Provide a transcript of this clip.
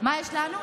מה יש לנו?